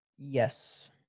Yes